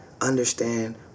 understand